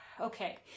okay